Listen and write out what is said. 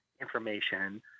information